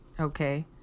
okay